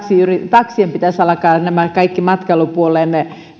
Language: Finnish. taksien pitäisi alkaa kaikki matkailupuolen